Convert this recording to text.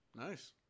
Nice